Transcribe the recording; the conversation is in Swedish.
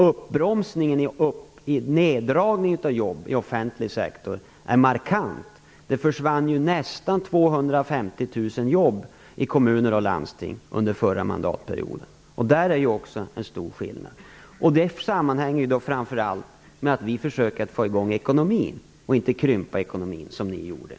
Uppbromsningen av neddragningen av antalet jobb i offentlig sektor är markant. Det försvann nästan 250 000 jobb i kommuner och landsting under den förra mandatperioden. På det området är det också en stor skillnad. Detta sammanhänger framför allt med att denna regering försöker få i gång ekonomin, och inte krympa den som den föregående regeringen.